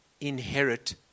inherit